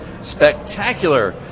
Spectacular